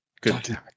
Good